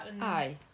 Aye